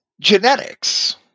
genetics